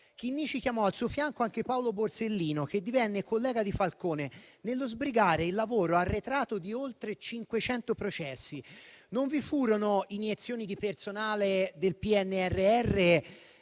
Chinnici chiamò al suo fianco anche Paolo Borsellino, che divenne collega di Falcone nello sbrigare il lavoro arretrato di oltre 500 processi. Non vi furono iniezioni di personale del PNRR,